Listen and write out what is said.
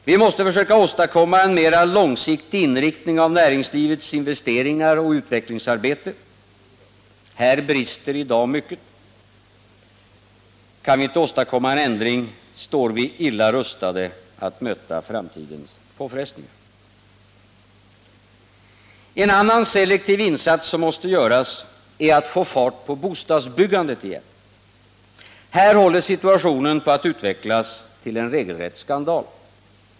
Vi måste försöka åstadkomma en mera långsiktig inriktning av näringslivets investeringar och utvecklingsarbete. Här brister i dag mycket. Kan vi inte åstadkomma en ändring står vi illa rustade att möta framtidens påfrestningar. En annan selektiv insats som måste göras är att få fart på bostadsbyggandet igen. Här håller situationen på att utvecklas till en regelrätt skandal.